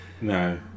No